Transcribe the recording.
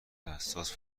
حساس